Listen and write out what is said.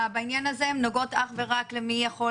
בעניין הזה הן נוגעות אך ורק למי יכול